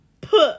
put